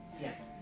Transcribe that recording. Yes